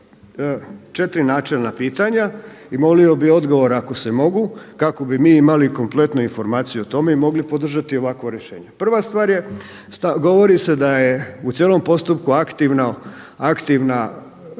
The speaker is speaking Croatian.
četiri načelna pitanja i molio bi odgovor ako se mogu, kako bi mi imali kompletnu informaciju o tome i mogli podržati ovakvo rješenje. Prva stvar je govori se da u cijelom postupku aktivno